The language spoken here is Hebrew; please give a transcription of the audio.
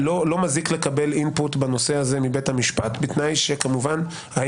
לא מזיג לקבל אינפוט מבית המשפט בנושא זה בתנאי שהאינפוט